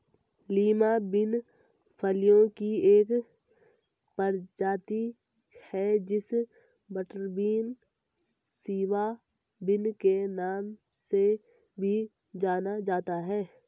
Lima bean फलियों की एक प्रजाति है जिसे बटरबीन, सिवा बिन के नाम से भी जाना जाता है